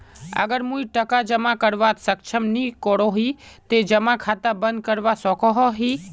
अगर मुई टका जमा करवात सक्षम नी करोही ते जमा खाता बंद करवा सकोहो ही?